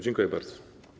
Dziękuję bardzo.